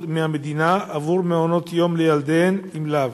מהמדינה עבור מעונות יום לילדיהם אם לאו,